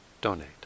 donate